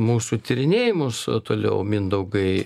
mūsų tyrinėjimus toliau mindaugai